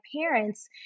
parents